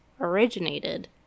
originated